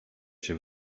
chce